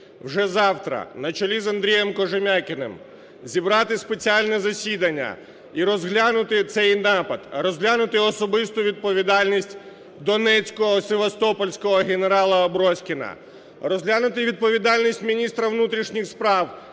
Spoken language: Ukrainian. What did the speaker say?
вже завтра на чолі з Андрієм Кожем'якіним зібрати спеціальне засідання і розглянути цей напад, розглянути особисту відповідальність донецького-севастопольського генерала Аброськіна. Розглянути відповідальність міністра внутрішніх справ,